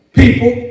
people